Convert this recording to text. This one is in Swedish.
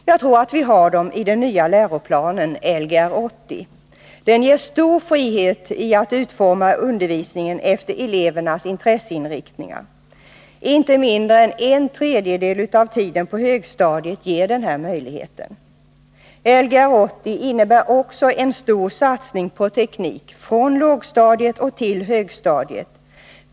Jag tror att vi har demi den nya läroplanen Lgr 80. Den ger stor frihet att utforma undervisningen efter elevernas intresseinriktningar. För inte mindre än en tredjedel av tiden på högstadiet ges denna möjlighet. Lgr 80 innebär också en stor satsning på teknik — från lågstadiet till högstadiet.